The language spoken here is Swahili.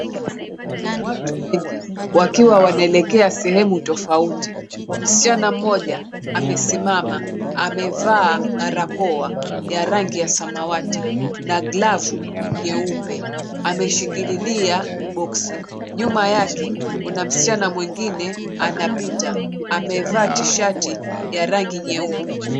Watu wengi, wakiwa wanaelekea sehemu tofauti. Msichana mmoja amesimama. Amevaa barakoa ya rangi ya samawati na glavu nyeupe. Ameshikilia boksi. Nyuma yake kuna msichana mwingine anapita. Amevaa tishati ya rangi nyeupe.